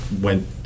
went